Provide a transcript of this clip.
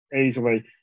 easily